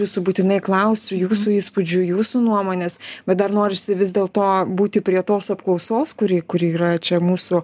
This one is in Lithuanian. jūsų būtinai klausiu jūsų įspūdžių jūsų nuomonės bet dar norisi vis dėl to būti prie tos apklausos kuri kuri yra čia mūsų